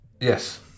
Yes